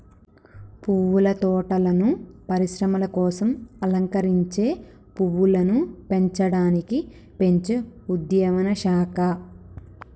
పువ్వుల తోటలను పరిశ్రమల కోసం అలంకరించే పువ్వులను పెంచడానికి పెంచే ఉద్యానవన శాఖ